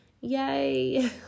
Yay